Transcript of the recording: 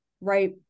right